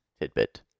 Tidbit